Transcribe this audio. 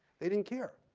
they didn't care.